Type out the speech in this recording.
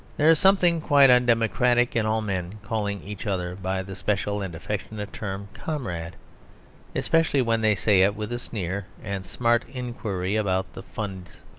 there is something quite undemocratic in all men calling each other by the special and affectionate term comrade especially when they say it with a sneer and smart inquiry about the funds.